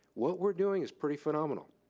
what we're doing is pretty phenomenal,